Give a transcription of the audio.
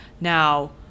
Now